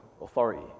authority